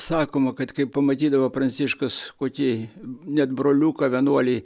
sakoma kad kai pamatydavo pranciškus kokį net broliuką vienuolį